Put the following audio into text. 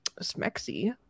smexy